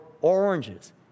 oranges